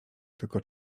tylko